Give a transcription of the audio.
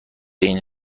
این